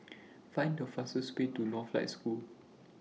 Find The fastest Way to Northlight School